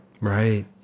Right